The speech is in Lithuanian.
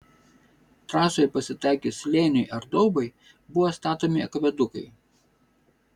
trasoje pasitaikius slėniui ar daubai buvo statomi akvedukai